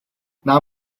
now